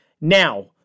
Now